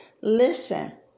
Listen